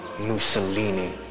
Mussolini